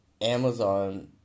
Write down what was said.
Amazon